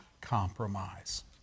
compromise